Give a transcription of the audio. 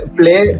play